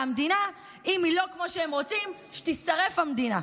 והמדינה, אם היא לא כמו שהם רוצים, שתישרף המדינה.